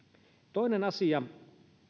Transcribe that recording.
toinen asia